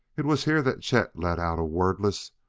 it was here that chet let out a wordless,